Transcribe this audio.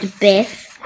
Biff